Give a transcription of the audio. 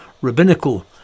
Rabbinical